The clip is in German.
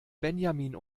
benjamin